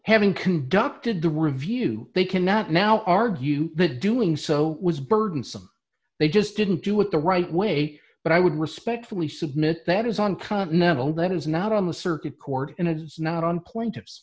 having conducted the review they cannot now argue that doing so was burdensome they just didn't do it the right way but i would respectfully submit that is on continental that is not on the circuit court and it's not on point